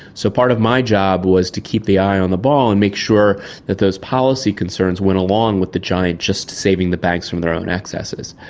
so part of my job was to keep the eye on the ball and make sure that those policy concerns went along with just just saving the banks from their own excesses.